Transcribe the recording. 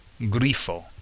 grifo